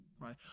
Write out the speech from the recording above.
right